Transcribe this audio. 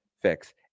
fix